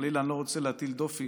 חלילה אני לא רוצה להטיל דופי